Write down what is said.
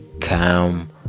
come